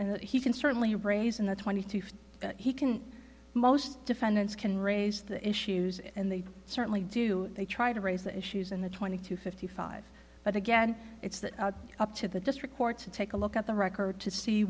that he can certainly raise in the twenty fifth he can most defendants can raise the issues and they certainly do they try to raise the issues and the twenty to fifty five but again it's that up to the district court to take a look at the record to see